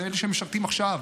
הם אלה שמשרתים עכשיו,